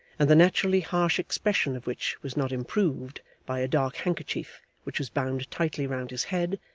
and the naturally harsh expression of which was not improved by a dark handkerchief which was bound tightly round his head,